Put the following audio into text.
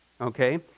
Okay